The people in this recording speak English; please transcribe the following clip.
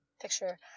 picture